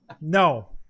No